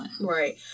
Right